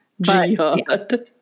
Jihad